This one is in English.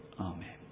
Amen